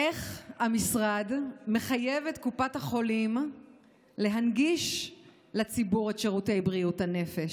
1. איך המשרד מחייב את קופת החולים להנגיש לציבור את שירותי בריאות נפש?